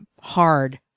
hard